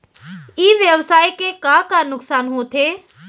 ई व्यवसाय के का का नुक़सान होथे?